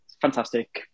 Fantastic